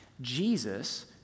Jesus